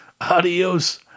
Adios